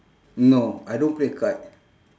no I don't play kite